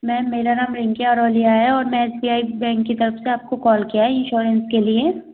ma'am मेरा राम रिंकी आरोलिया है और मैं एस बी आई बैंक की तरफ़ से आपको कॉल किया है इन्श्योरेन्स के लिए